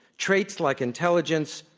traits like intelligence,